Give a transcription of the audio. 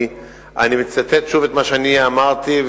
אני מצטט שוב את מה שאמרתי,